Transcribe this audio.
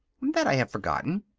that i have forgotten,